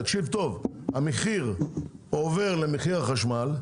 המחיר עובר למחיר החשמל,